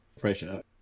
pressure